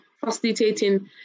facilitating